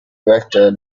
vector